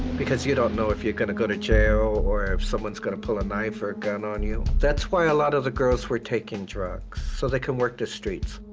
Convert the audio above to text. because you don't know if you're going to go to jail, or if somebody is going to pull a knife, or a gun on you. that's why a lot of the girls were taking drugs so they could work the streets.